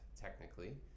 technically